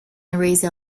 erase